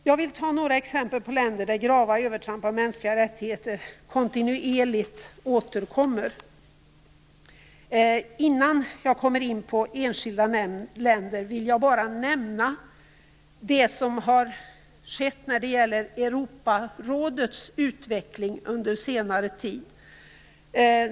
Jag vill ta några exempel på länder där grava övertramp av mänskliga rättigheter kontinuerligt återkommer. Innan jag kommer in på enskilda länder vill jag bara nämna det som har skett när det gäller Europarådets utveckling under senare tid.